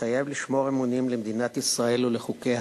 מתחייב לשמור אמונים למדינת ישראל ולחוקיה